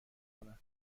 کنن